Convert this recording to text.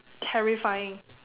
terrifying